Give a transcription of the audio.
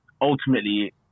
ultimately